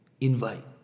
Invite